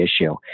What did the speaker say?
issue